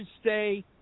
stay